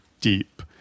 deep